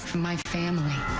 my family.